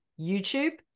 YouTube